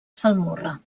salmorra